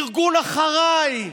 ארגון אחריי,